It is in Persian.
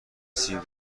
سیب